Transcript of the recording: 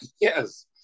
yes